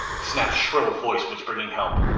snap's shrill voice was bringing help.